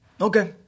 Okay